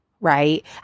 right